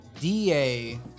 DA